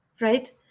right